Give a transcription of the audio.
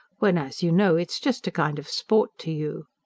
when, as you know, it's just a kind of sport to you.